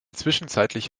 zwischenzeitlich